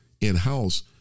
in-house